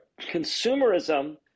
Consumerism